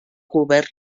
govern